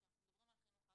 כשאנחנו מדברים על חינוך,